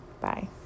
Bye